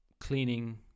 cleaning